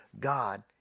God